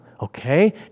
okay